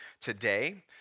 today